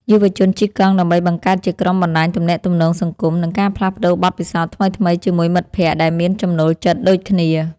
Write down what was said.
យុវជនជិះកង់ដើម្បីបង្កើតជាក្រុមបណ្ដាញទំនាក់ទំនងសង្គម និងការផ្លាស់ប្តូរបទពិសោធន៍ថ្មីៗជាមួយមិត្តភក្តិដែលមានចំណូលចិត្តដូចគ្នា។